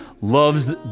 loves